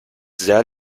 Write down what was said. sehr